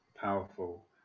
powerful